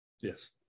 Yes